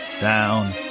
down